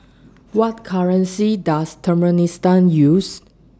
What currency Does Turkmenistan use